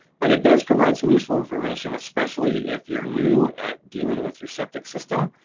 but it does provide some useful information, especially if you're new at dealing with your septic system.